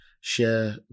share